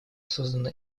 создана